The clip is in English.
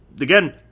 again